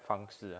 方式